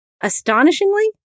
Astonishingly